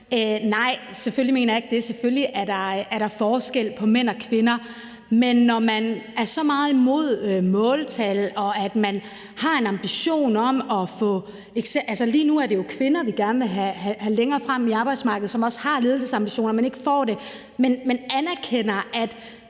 Nej, selvfølgelig mener jeg ikke det, selvfølgelig er der forskel på mænd og kvinder. Men når man er så meget imod måltal – lige nu er det jo kvinder, vi gerne vil have længere frem på arbejdsmarkedet, som også har ledelsesambitioner, men ikke får det – men anerkender, at